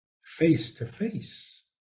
Face-to-face